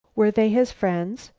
were they his friends,